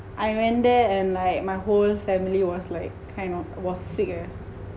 I went there and like my whole family was like kind of was sick eh